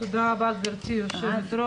תודה רבה, גברתי יושבת-הראש,